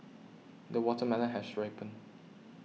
the watermelon has ripened